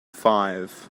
five